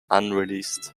unreleased